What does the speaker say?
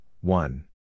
one